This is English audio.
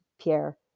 Pierre